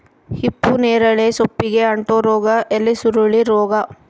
ಹಿಪ್ಪುನೇರಳೆ ಸೊಪ್ಪಿಗೆ ಅಂಟೋ ರೋಗ ಎಲೆಸುರುಳಿ ರೋಗ